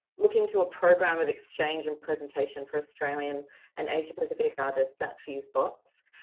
looking to a program of exchange and presentation for australian and asia-pacific artists at fusebox.